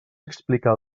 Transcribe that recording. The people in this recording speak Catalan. explicar